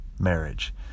marriage